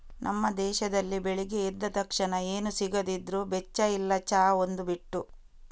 ನಮ್ಮ ದೇಶದಲ್ಲಿ ಬೆಳಿಗ್ಗೆ ಎದ್ದ ತಕ್ಷಣ ಏನು ಸಿಗದಿದ್ರೂ ಬೆಚ್ಚ ಇಲ್ಲ ಚಾ ಒಂದು ಬಿಟ್ಟು